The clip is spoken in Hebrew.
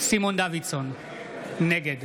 סימון דוידסון, נגד